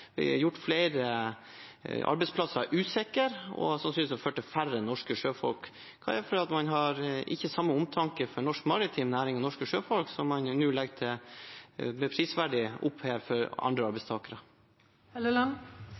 gjort flere arbeidsplasser usikre og sannsynligvis ført til færre norske sjøfolk. Hva er grunnen til at man ikke har den samme omtanken for norsk maritim næring og norske sjøfolk som den man nå prisverdig